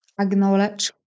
acknowledge